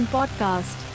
Podcast